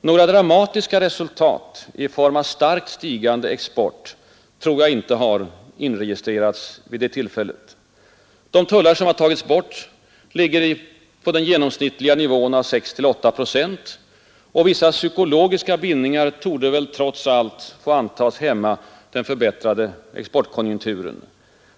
Några dramatiska resultat i form av starkt stigande export torde då ännu inte ha inregistrerats vid det tillfället. De tullar som har tagits bort ligger på den genomsnittliga nivån av 6—8 procent, och vissa psykologiska bindningar torde väl trots allt få antas hämma den förbättrade exportkonjunkturen.